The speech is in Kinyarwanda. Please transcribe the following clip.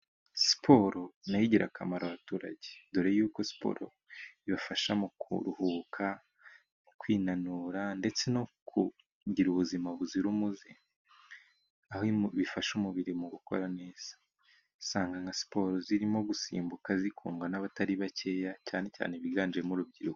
Siporo nayo igirira akamaro abaturage, dore y'uko siporo ibafasha mu kuruhuka mu kwinanura ndetse no kugira ubuzima buzira umuze, aho ifasha umubiri mu gukora neza, usanga nka siporo zirimo gusimbuka zikundwa n'abatari bakeya, cyane cyane biganjemo urubyiruko.